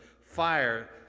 fire